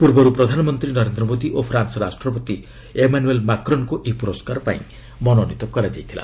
ପୂର୍ବରୁ ପ୍ରଧାନମନ୍ତ୍ରୀ ନରେନ୍ଦ୍ର ମୋଦି ଓ ଫ୍ରାନ୍ୱ ରାଷ୍ଟ୍ରପତି ଏମାନୁଏଲ୍ ମାକ୍ରନ୍ଙ୍କୁ ଏହି ପୁରସ୍କାର ପାଇଁ ମନୋନିତ କରାଯାଇଥିଲା